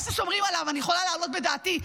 או ששומרים עליו, אני יכולה להעלות בדעתי,